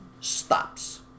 stops